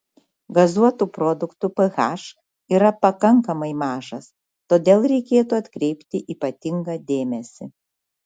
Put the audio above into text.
gazuotų produktų ph yra pakankamai mažas todėl reikėtų atkreipti ypatingą dėmesį